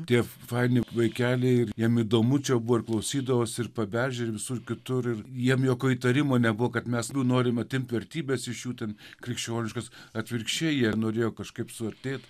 tie faini vaikeliai jiems įdomu čia buvo ir klausydavosi ir paberžėj ir visur kitur ir jiems jokio įtarimo nebuvo kad mes nu norime atimti vertybes iš jų ten krikščioniškas atvirkščiai jie norėjo kažkaip suartėti